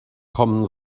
kommen